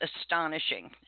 astonishing